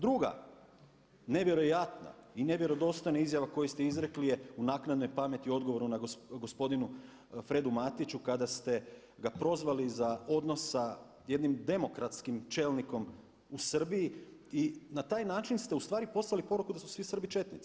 Druga, nevjerojatna i nevjerodostojna izjava koju ste izrekli je u naknadnoj pameti odgovoru gospodinu Fredu Matiću kada ste ga prozvali za odnos sa jednim demokratskim čelnikom u Srbiji i na taj način ste poslali poruku da su svi Srbi četnici.